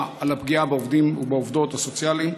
על הפגיעה בעובדות ובעובדים הסוציאליים?